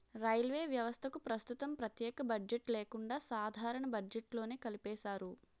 railway వ్యవస్థకు ప్రస్తుతం ప్రత్యేక బడ్జెట్ లేకుండా సాధారణ బడ్జెట్లోనే కలిపేశారు